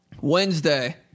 Wednesday